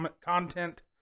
content